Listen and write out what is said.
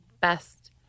best